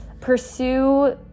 pursue